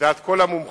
לדעת כל המומחים,